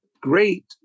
great